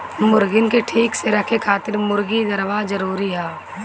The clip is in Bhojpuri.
मुर्गीन के ठीक से रखे खातिर मुर्गी दरबा जरूरी हअ